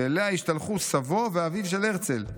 שאליה השתייכו סבו ואביו של הרצל.